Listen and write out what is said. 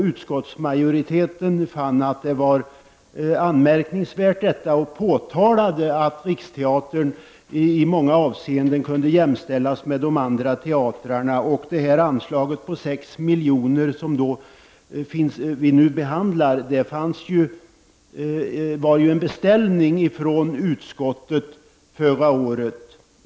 Utskottsmajoriteten fann att detta var anmärkningsvärt och påtalade att Riksteatern i många avseenden kunde jämställas med de andra teatrarna. Det anslag på 6 milj.kr. som vi nu behandlar var en beställning från utskottet förra året.